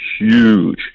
huge